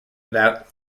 about